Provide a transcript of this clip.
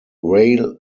rail